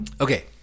Okay